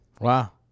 Wow